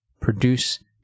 produce